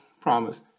promise